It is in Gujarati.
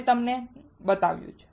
મેં તે તમને બતાવ્યું છે